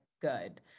good